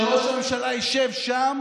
שראש הממשלה ישב שם